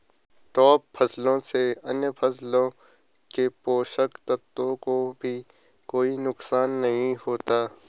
trap फसलों से अन्य फसलों के पोषक तत्वों को भी कोई नुकसान नहीं होता